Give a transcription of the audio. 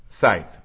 site